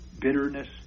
bitterness